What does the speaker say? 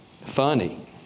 Funny